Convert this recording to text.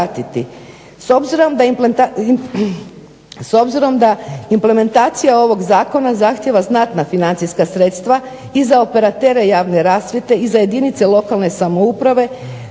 S obzirom da implementacija ovog zakona zahtijeva znatna financijska sredstva i za operatere javne rasvjete i za jedinice lokalne samouprave